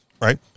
right